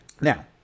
now